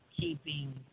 keeping